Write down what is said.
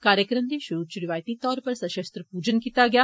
कार्यक्रम दे शुरु च रिवायती तौर उप्पर सशस्त्र पूजन कीता गेआ